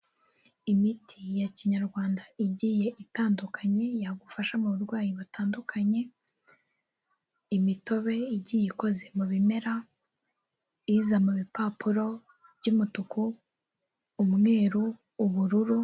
Imiti ya Kinyarwanda igiye itandukanye yagufasha mu burwayi butandukanye, imitobe igiye ikoze mu bimera, iza mu bipapuro by'umutuku, umweru, ubururu.